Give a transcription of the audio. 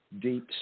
deep